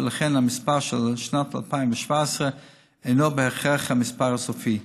ולכן המספר של שנת 2017 אינו בהכרח המספר הסופי.